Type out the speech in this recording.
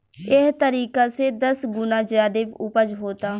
एह तरीका से दस गुना ज्यादे ऊपज होता